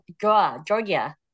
Georgia